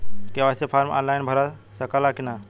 KYC form online भरा सकला की ना?